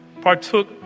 partook